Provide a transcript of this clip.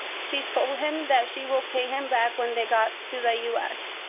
she told him that she will pay him back when they got to the u s.